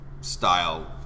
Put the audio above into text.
style